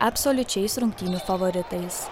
absoliučiais rungtynių favoritais